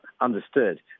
understood